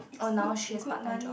orh now she has part time job